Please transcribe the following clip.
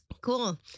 Cool